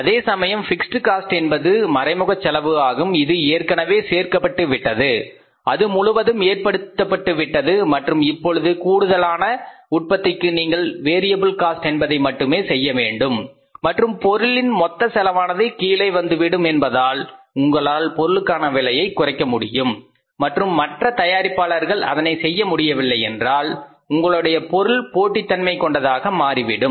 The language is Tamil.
அதேசமயம் பிக்ஸட் காஸ்ட் என்பது மறைமுக செலவு ஆகும் இது ஏற்கனவே சேர்க்கப்பட்டு விட்டது அது முழுவதும் ஏற்பட்டுவிட்டது மற்றும் இப்பொழுது கூடுதலான உற்பத்திக்கு நீங்கள் வேறியபிள் காஸ்ட் என்பதை மட்டுமே செய்ய வேண்டும் மற்றும் பொருளின் மொத்த செலவானது கீழே வந்துவிடும் என்பதால் உங்களால் பொருளுக்கான விலையை குறைக்க முடியும் மற்றும் மற்ற தயாரிப்பாளர்கள் அதனை செய்ய முடியவில்லையென்றால் உங்களுடைய பொருள் போட்டித் தன்மை கொண்டதாக மாறிவிடும்